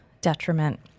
detriment